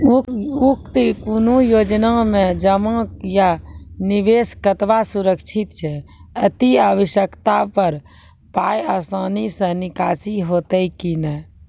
उक्त कुनू योजना मे जमा या निवेश कतवा सुरक्षित छै? अति आवश्यकता पर पाय आसानी सॅ निकासी हेतै की नै?